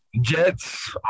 Jets